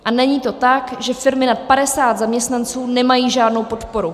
A není to tak, že firmy nad 50 zaměstnanců nemají žádnou podporu.